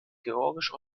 georgische